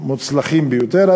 מוצלחים ביותר.